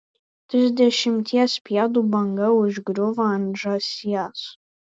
trisdešimties pėdų banga užgriūva ant žąsies